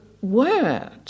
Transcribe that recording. word